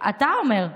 אתה אומר.